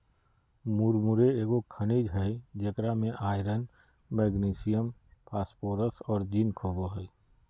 मुरमुरे एगो खनिज हइ जेकरा में आयरन, मैग्नीशियम, फास्फोरस और जिंक होबो हइ